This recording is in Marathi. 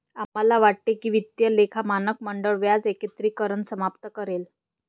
आम्हाला वाटते की वित्तीय लेखा मानक मंडळ व्याज एकत्रीकरण समाप्त करेल